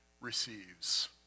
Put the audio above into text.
receives